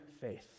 faith